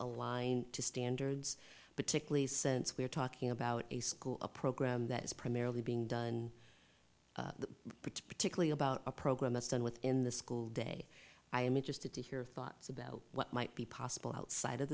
aligned to standards but tickly since we're talking about a school a program that is primarily being done particularly about a program that's done within the school day i am interested to hear thoughts about what might be possible outside of